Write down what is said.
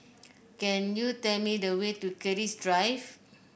can you tell me the way to Keris Drive